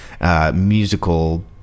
Musical